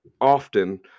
often